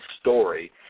story